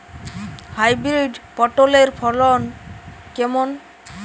Hybrid পটলের ফলন কেমন?